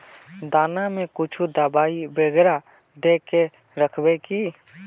दाना में कुछ दबाई बेगरा दय के राखबे की?